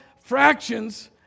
fractions